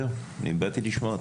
זהו, אני באתי לשמוע.